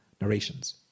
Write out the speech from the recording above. narrations